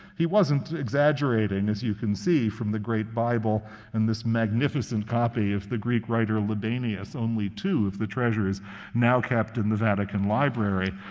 he wasn't exaggerating, as you can see from the great bible and this magnificent copy of the greek writer libanius, only two of the treasures now kept in the vatican library.